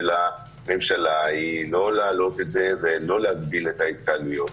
הממשלה היא לא להעלות את זה ולא להגביל את ההתקהלויות.